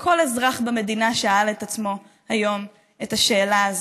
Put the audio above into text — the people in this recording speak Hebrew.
כל אזרח במדינה שאל את עצמו היום את השאלה הזאת.